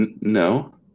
No